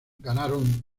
ganaron